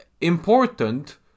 important